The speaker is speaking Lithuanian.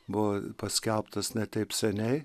buvo paskelbtas ne taip seniai